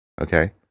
okay